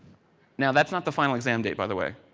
now, that is not the final exam day by the way.